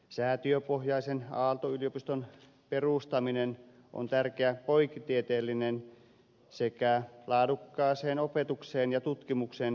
säätiöpohjaisen aalto yliopiston perustaminen on tärkeä poikkitieteellinen sekä laadukkaaseen opetukseen ja tutkimukseen tähtäävä toimi